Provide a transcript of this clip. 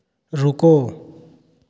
रुको